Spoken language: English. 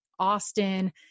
Austin